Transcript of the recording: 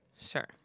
Sure